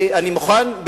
אני מוכן,